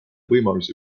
võimalusi